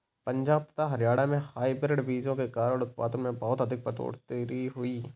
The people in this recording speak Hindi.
पंजाब तथा हरियाणा में हाइब्रिड बीजों के कारण उत्पादन में बहुत अधिक बढ़ोतरी हुई